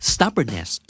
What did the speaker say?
Stubbornness